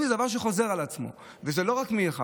אם זה דבר שחוזר על עצמו וזה לא רק מאחד,